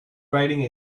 riding